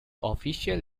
official